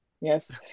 Yes